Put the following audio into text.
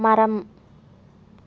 மரம்